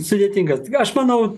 sudėtingas aš manau